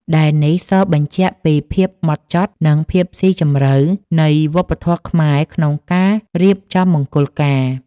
ដែលនេះសបញ្ជាក់ពីភាពហ្មត់ចត់ និងភាពស៊ីជម្រៅនៃវប្បធម៌ខ្មែរក្នុងការរៀបចំមង្គលការ។